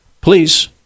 Please